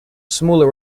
smaller